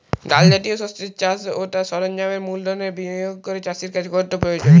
ডাল জাতীয় শস্যের চাষ ও তার সরঞ্জামের মূলধনের বিনিয়োগ করা চাষীর কাছে কতটা প্রয়োজনীয়?